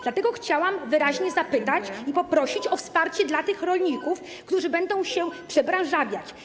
Dlatego chciałam wyraźnie zapytać i poprosić o wsparcie dla tych rolników, którzy będą się przebranżawiać.